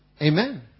Amen